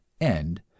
End